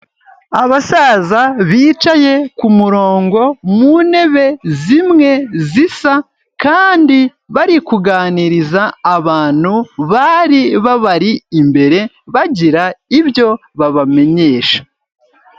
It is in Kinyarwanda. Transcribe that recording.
Abasaza bicaye ku murongo mu ntebe zimwe, zisa kandi bari kuganiriza abantu bari babari imbere bagira ibyo babamenyesha.